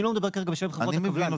אני לא מדבר כרגע בשם חברות הקבלן.